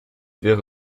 wäre